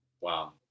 Wow